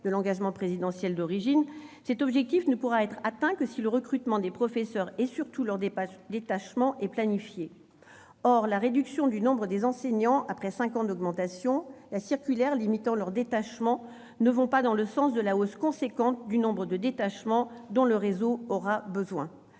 de l'engagement présidentiel d'origine, cet objectif ne pourra être atteint que si le recrutement des professeurs, et surtout leur détachement, est planifié. Or la réduction du nombre des enseignants, après cinq ans d'augmentation, et la circulaire limitant leur détachement ne vont pas dans le sens de la hausse importante du nombre de détachements dont le réseau aura besoin.